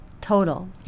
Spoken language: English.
total